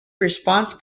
response